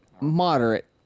moderate